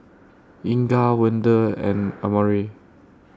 Inga Wende and Amare